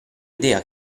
idea